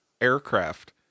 aircraft